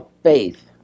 faith